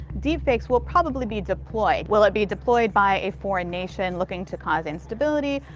deep fakes will probably be deployed. will it be deployed by a foreign nation looking to cause instability?